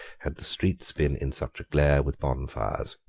had the streets been in such a glare with bonfires.